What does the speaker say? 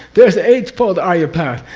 there's an eightfold arya path,